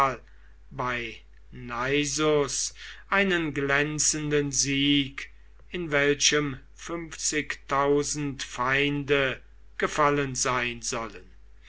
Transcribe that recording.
bei naissus einen glänzenden sieg in welchem fünfzigtausend feinde gefallen sein sollen